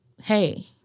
hey